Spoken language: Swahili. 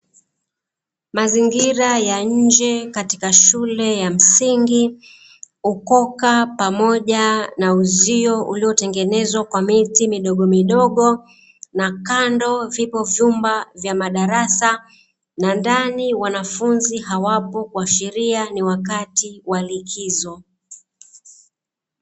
Mazingira ya nje katika shule ya msingi, ukoka pamoja na uzio uliotengenezwa kwa miti midogomidogo na kando vipo vyumba vya madarasa, na ndani wanafunzi hawapo kuashiria ni wakati wa likizo.